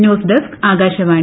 news desk Akashvani